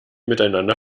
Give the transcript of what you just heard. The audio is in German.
miteinander